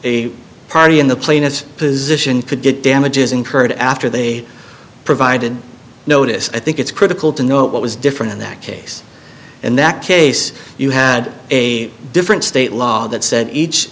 a party in the plaintiff position could get damages incurred after they provided notice i think it's critical to know what was different in that case in that case you had a different state law that said each